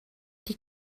die